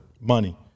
money